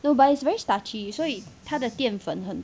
no but it's very starchy 所以他的淀粉很